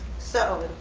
so